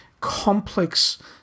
complex